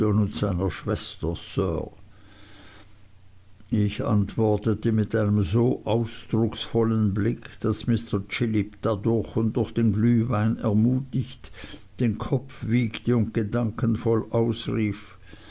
schwester sir ich antwortete mit einem so ausdrucksvollen blick daß mr chillip dadurch und durch den glühwein ermutigt den kopf wiegte und gedankenvoll ausrief